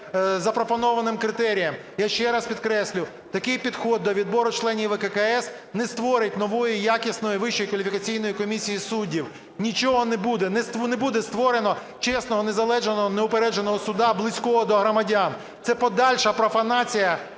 запропонованим критеріям. Я ще раз підкреслюю, такий підхід до відбору членів ВККС не створить нової якісної Вищої кваліфікаційної комісії суддів. Нічого не буде, не буде створено чесного, незалежного, неупередженого суду, близького до громадян. Це подальша профанація